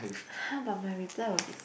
how about my reply will be